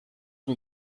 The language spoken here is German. man